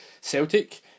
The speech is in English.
Celtic